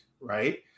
right